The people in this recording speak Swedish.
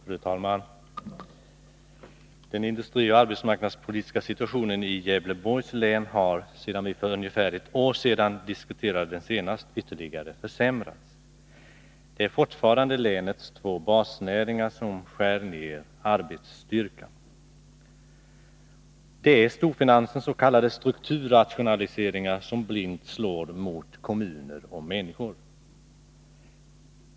Fru talman! Den industrioch arbetsmarknadspolitiska situationen i Gävleborgs län har, sedan vi för ungefär ett år sedan diskuterade den senast, ytterligare försämrats. Länets två basnäringar skär fortfarande ned arbetsstyrkan. Det är storfinansens s.k. strukturrationaliseringar som blint slår mot kommuner och människor.